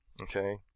Okay